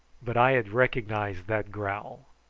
but i had recognised that growl.